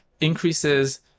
increases